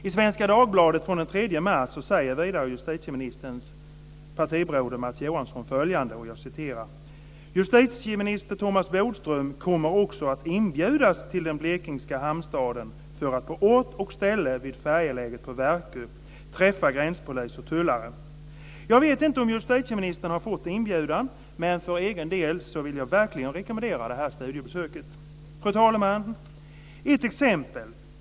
I Svenska Dagbladet från den 3 mars säger vidare justitieministerns partibroder, Mats Johansson, följande: "Justitieminister Thomas Bodström kommer också att inbjudas till den blekingska hamnstaden för att på ort och ställe - vid färjeläget på Verkö - träffa gränspolis och tullare". Jag vet inte inte om justitieministern har fått inbjudan. Men för egen del vill jag verkligen rekommendera det studiebesöket. Fru talman! Ett exempel.